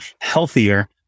healthier